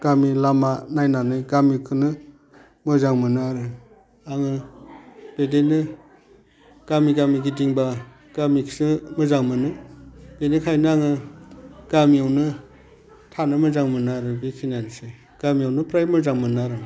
गामि लामा नायनानै गामिखोनो मोजां मोनो आरो आङो बेदिनो गामि गामि गिदिंबा गामिखोसो मोजां मोनो बेनिखायनो आङो गामियावनो थानो मोजां मोनो आरो बेखिनियानसै गामियावनो फ्राय मोजां मोनो आरो